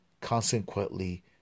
Consequently